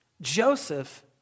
Joseph